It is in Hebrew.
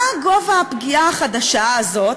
מה גובה הפגיעה החדשה זאת,